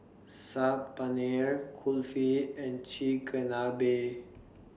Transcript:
Saag Paneer Kulfi and Chigenabe